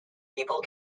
people